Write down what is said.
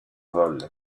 vol